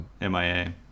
mia